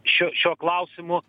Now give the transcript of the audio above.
šiu šiuo klausimu